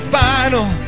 final